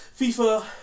FIFA